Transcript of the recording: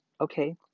okay